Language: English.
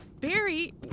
Barry